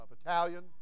Italian